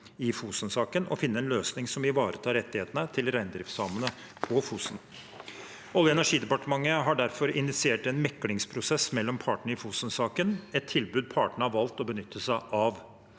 i Fosen-saken og med å finne en løsning som ivaretar rettighetene til reindriftssamene på Fosen. Olje- og energidepartementet har derfor initiert en meklingsprosess mellom partene i Fosen-saken, og det er et tilbud partene har valgt å benytte seg av.